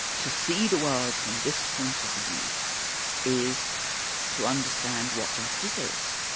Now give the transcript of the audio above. to see the world from this point of view is to understand what justice is,